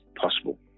possible